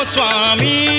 Swami